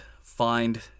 find